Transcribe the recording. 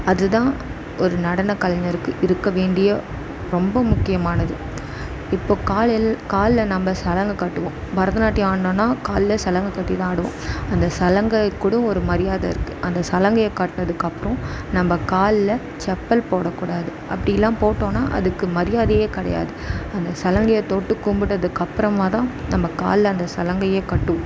அதுதான் ஒரு நடனக்கலைஞருக்கு இருக்கற வேண்டிய ரொம்ப முக்கியமானது இப்போ காலில் காலில் நம்ம சலங்கை கட்டுவோம் பரதநாட்டியம் ஆடனோனா காலில் சலங்கை கட்டிதான் ஆடுவோம் அந்த சலங்கைக்கூட ஒரு மரியாதை இருக்குது அந்த சலங்கையை கட்டுனதுக்கு அப்புறம் நம்ம காலில் செப்பல் போடக்கூடாது அப்படிலாம் போட்டோனா அதுக்கு மரியாதையே கிடையாது அந்த சலங்கையை தொட்டு கும்பிட்டதுக்கு அப்புறமாதான் நம்ம காலில் அந்த சலங்கையே கட்டுவோம்